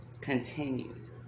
continued